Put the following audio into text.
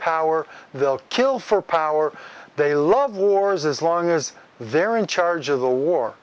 power they'll kill for power they love wars as long as they're in charge of the war